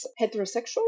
heterosexual